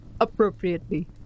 Appropriately